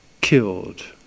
killed